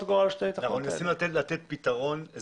אנחנו מנסים לתת פתרון.